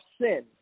sin